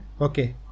Okay